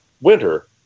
winter